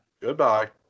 Goodbye